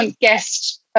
guest